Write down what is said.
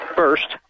first